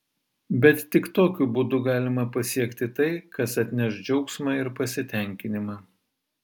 bet tik tokiu būdu galima pasiekti tai kas atneš džiaugsmą ir pasitenkinimą